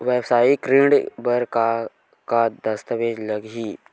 वेवसायिक ऋण बर का का दस्तावेज लगही?